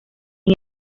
sin